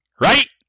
right